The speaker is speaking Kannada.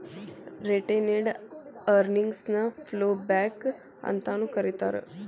ರಿಟೇನೆಡ್ ಅರ್ನಿಂಗ್ಸ್ ನ ಫ್ಲೋಬ್ಯಾಕ್ ಅಂತಾನೂ ಕರೇತಾರ